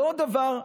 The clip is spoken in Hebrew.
ועוד דבר,